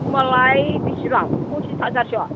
होनबालाय बेसेबां फसिस हाजारसो